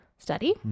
study